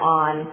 on